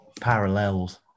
parallels